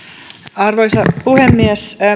arvoisa puhemies